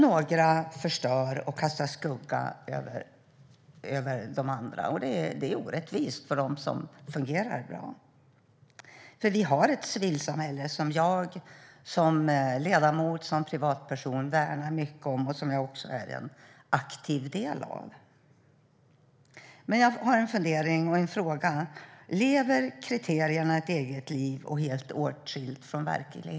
Några förstör och kastar skugga över de andra. Det är orättvist för dem som fungerar bra. Vi har ett civilsamhälle som jag som ledamot och som privatperson värnar mycket om och som jag också är en aktiv del av. Men jag har en fundering och en fråga: Lever kriterierna ett eget liv och är de helt åtskilda från verkligheten?